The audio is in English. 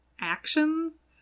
actions